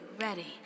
ready